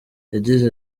yagize